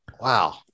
wow